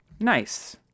Nice